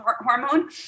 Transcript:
hormone